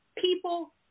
people